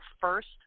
first